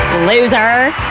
loser!